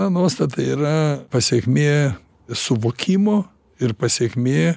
na nuostata yra pasekmė suvokimo ir pasekmė